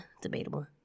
debatable